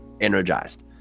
energized